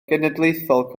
genedlaethol